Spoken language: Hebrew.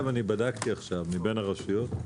בדקתי מבין הרשויות,